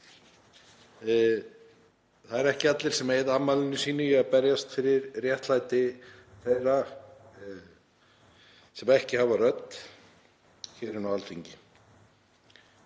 Það eru ekki allir sem eyða afmælinu sínu í að berjast fyrir réttlæti þeirra sem ekki hafa rödd hér á Alþingi.